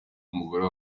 umugore